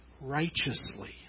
righteously